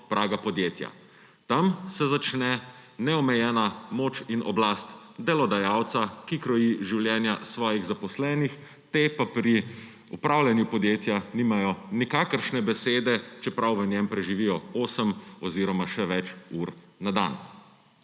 praga podjetja. Tam se začne neomejena moč in oblast delodajalca, ki kroji življenja svojih zaposlenih, le-ti pa pri upravljanju podjetja nimajo nikakršne besede, čeprav v njem preživijo 8 oziroma še več ur na dan.